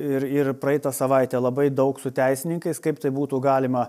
ir ir praeitą savaitę labai daug su teisininkais kaip tai būtų galima